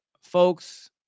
Folks